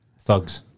thugs